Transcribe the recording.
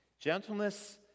Gentleness